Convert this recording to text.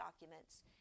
documents